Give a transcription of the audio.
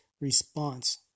response